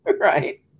Right